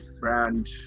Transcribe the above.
brand